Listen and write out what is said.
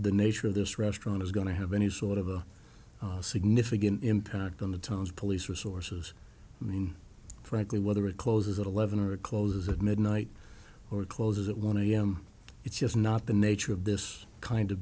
the nature of this restaurant is going to have any sort of a significant impact on the town's police resources i mean frankly whether it closes at eleven or it closes at midnight or closes at one a m it's just not the nature of this kind of